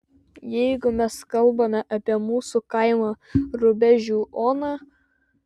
jeigu mes kalbame apie mūsų kaimo rubežių oną